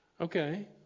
Okay